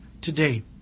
today